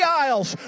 aisles